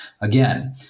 again